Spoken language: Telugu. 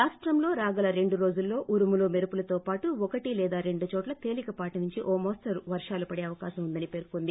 రాష్టంలో రాగల రెండు రోజుల్లో ఉరుములు మెరుపులతోవాటు ఒకటి లేదా రెండు చోట్ల తిలికపాటి నుంచి ఓ మోస్తరు వర్గాలు పడే అవకాశం ఉందని పేర్కొంది